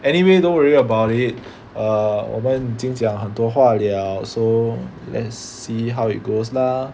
anyway don't worry about it err 我们已经很多话 liao so let's see how it goes lah